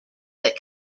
that